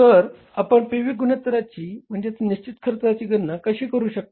तर आपण निश्चित खर्चाची गणना कशी करू शकता